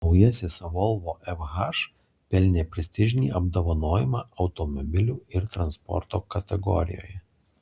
naujasis volvo fh pelnė prestižinį apdovanojimą automobilių ir transporto kategorijoje